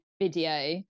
video